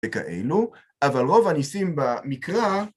וכאלו, אבל רוב הניסים במקרא